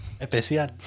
especial